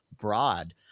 broad